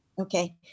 Okay